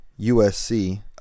USC